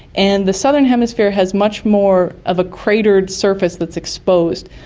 and the southern hemisphere has much more of a cratered surface that's exposed.